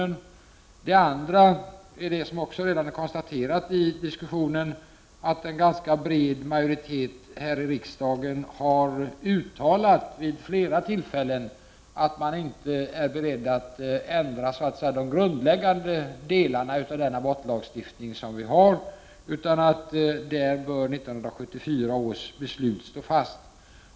För det andra är det — och det är också något som vi redan har konstaterat i diskussionen — en ganska bred majoritet här i riksdagen som vid flera tillfällen har uttalat att man inte är beredd att ändra de grundläggande delarna av vår lagstiftning. I stället bör 1974 års beslut stå fast.